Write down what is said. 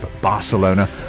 Barcelona